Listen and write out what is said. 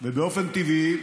ובאופן טבעי,